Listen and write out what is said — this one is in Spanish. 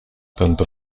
tanto